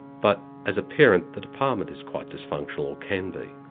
but as a parent, the department is quite dysfunctional, or can be.